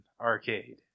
Arcade